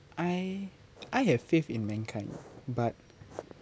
I I have faith in mankind but